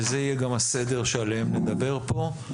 וזה יהיה גם הסדר שעליהן נדבר פה,